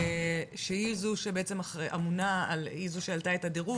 שהיא זו שלמעשה אמונה על העלאת הדירוג.